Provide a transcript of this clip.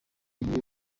nk’uwo